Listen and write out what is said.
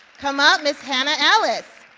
come up, ms. hanna ellis.